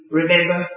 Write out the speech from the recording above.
remember